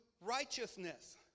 righteousness